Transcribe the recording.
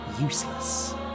useless